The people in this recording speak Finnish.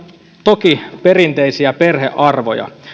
toki perinteisiä perhearvoja